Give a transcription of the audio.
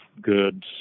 goods